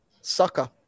sucker